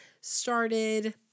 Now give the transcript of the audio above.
started